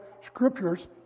scriptures